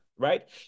Right